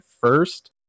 first